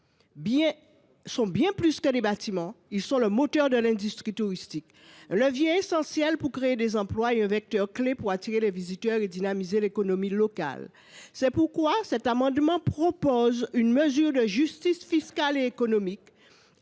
Les hôtels sont bien plus que des bâtiments : ils sont le moteur de l’industrie touristique, un levier essentiel pour créer des emplois et un vecteur clé pour attirer les visiteurs et dynamiser l’économie locale. C’est pourquoi je propose, par cet amendement, une mesure de justice fiscale et économique